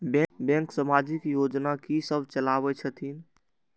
Bank समाजिक योजना की सब चलावै छथिन?